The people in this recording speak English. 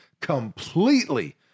completely